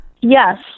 Yes